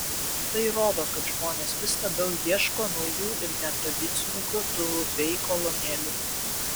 tai rodo kad žmonės vis labiau ieško naujų ir netradicinių grotuvų bei kolonėlių